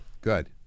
Good